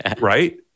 right